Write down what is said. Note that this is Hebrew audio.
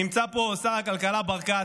נמצא פה שר הכלכלה ברקת,